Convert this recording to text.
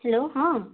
hello ହଁ